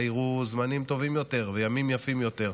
תראה זמנים טובים יותר וימים יפים יותר.